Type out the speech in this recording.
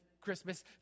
Christmas